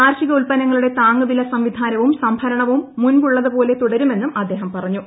കാർഷികോത്പന്നങ്ങളുടെ താങ്ങുവില സംവിധാനവും സംഭരണവും മുമ്പുള്ളതുപോലെ തുടരുമെന്നും അദ്ദേഹം പറഞ്ഞു